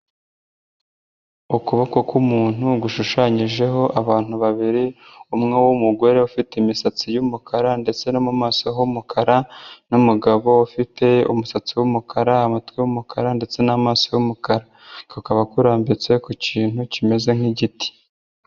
Ukuboko ku umuntu gushushanyijeho abantu babiri, umwe w'umugore ufite imisatsi y'umukara ndetse no mumaso h'umukara, n'umugabo ufite umusatsi w'umukara, amatwi y'umukara ndetse n'amaso y'umukara kakaba karambitse ku kintu kimeze nk'igiti.